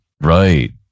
Right